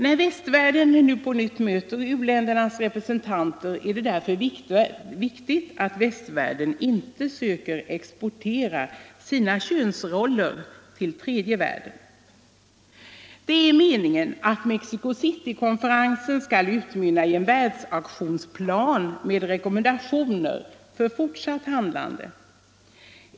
När västvärlden nu möter u-ländernas representanter, är det därför viktigt att västvärlden inte söker exportera sina könsroller till tredje världen. Det är meningen att Mexico City-konferensen skall utmynna i en världsaktionsplan med rekommendationer för fortsatt handlande.